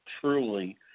truly